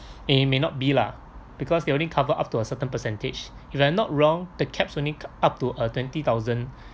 eh may not be lah because they only cover up to a certain percentage if I'm not wrong the caps only up to uh twenty thousand